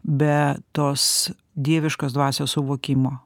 be tos dieviškos dvasios suvokimo